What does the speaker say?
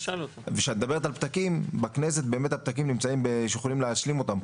וכשאת מדברת על פתקים בכנסת באמת הפתקים נמצאים שיכולים להשלים אותם,